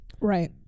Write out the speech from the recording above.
Right